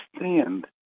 understand